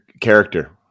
character